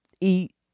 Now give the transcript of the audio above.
eat